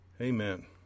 Amen